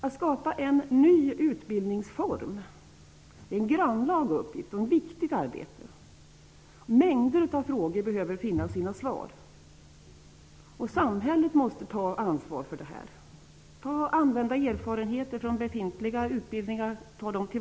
Att skapa en ny utbildningsform är ett grannlaga och viktigt arbete. Mängder av frågor behöver finna sina svar. Och samhället måste ta ansvaret för detta och tillvarata erfarenheter från befintliga utbildningar.